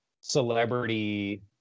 celebrity